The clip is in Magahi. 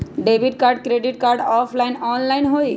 Debit card credit card offline online होई?